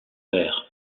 père